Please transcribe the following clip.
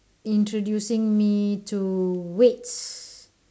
introducing me to weights